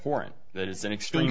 foreign that is an extreme